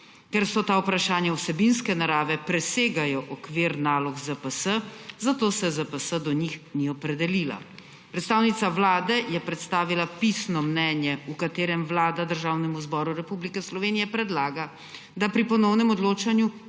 Ker so ta vprašanja vsebinske narave, presegajo okvir nalog ZPS, zato se ZPS do njih ni opredelila. Predstavnica Vlade je predstavila pisno mnenje, v katerem Vlada Državnemu zboru Republike Slovenije predlaga, da pri ponovnem odločanju